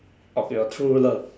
of your true love